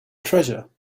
treasure